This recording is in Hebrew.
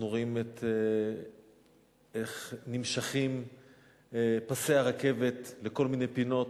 אנחנו רואים איך נמשכים פסי הרכבת לכל מיני פינות,